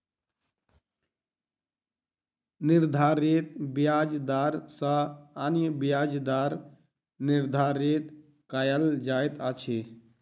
निर्धारित ब्याज दर सॅ अन्य ब्याज दर निर्धारित कयल जाइत अछि